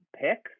picks